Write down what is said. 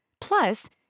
Plus